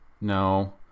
no